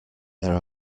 there